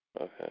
Okay